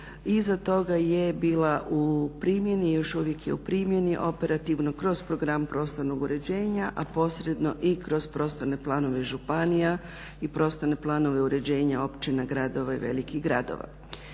Iza toga je bila u primjeni i još uvijek je u primjeni operativno kroz program prostornog uređenja, a posredno i kroz prostorne planove županije i prostorne planove uređenja općina, gradova i velikih gradova.